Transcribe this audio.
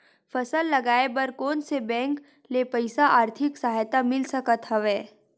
फसल लगाये बर कोन से बैंक ले मोला आर्थिक सहायता मिल सकत हवय?